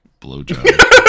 blowjob